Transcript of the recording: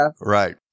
Right